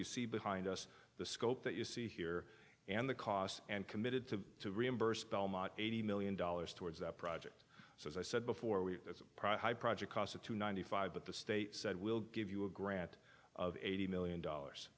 behind us the scope that you see here and the cost and committed to reimburse belmont eighty million dollars towards that project so as i said before we as a project cost up to ninety five but the state said we'll give you a grant of eighty million dollars